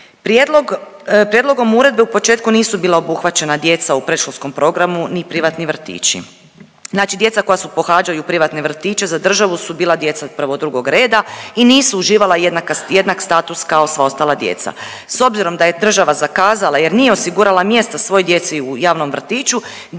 prijedlogom uredbe u početku nisu bila obuhvaćena djeca u predškolskom programu ni privatni vrtići. Znači djeca koja su, pohađaju privatne vrtiće za državu su bila djeca prvog i drugog reda i nisu uživala jednak status kao sva ostala djeca. S obzirom da je država zakazala jer nije osigurala mjesta svojoj djeci u javnom vrtiću,